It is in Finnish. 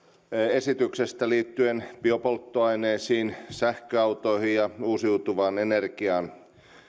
esityksestä liittyen biopolttoaineisiin sähköautoihin ja uusiutuvaan energiaan